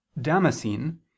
Damascene